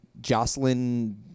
Jocelyn